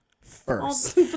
first